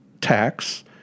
tax